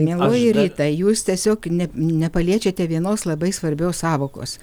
mieloji rita jūs tiesiog ne nepaliečiate vienos labai svarbios sąvokos